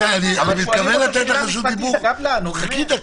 חכי דקה.